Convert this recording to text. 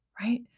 right